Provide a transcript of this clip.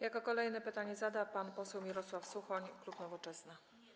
Jako kolejny pytanie zada pan poseł Mirosław Suchoń, klub Nowoczesna.